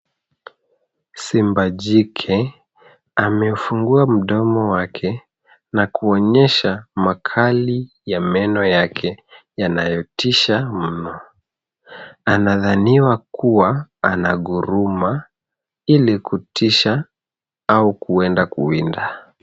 Simba jike amefungua mdomo wake na kuonyesha makali ya meno yake yanayotisha mno. Anadhaniwa kuwa anaguruma ili kutisha au kwenda kuwinda.